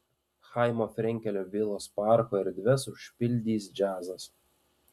chaimo frenkelio vilos parko erdves užpildys džiazas